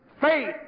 faith